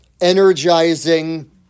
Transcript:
energizing